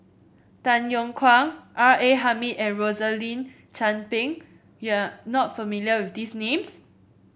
Tay Yong Kwang R A Hamid and Rosaline Chan Pang you are not familiar with these names